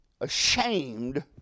ashamed